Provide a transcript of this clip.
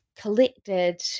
collected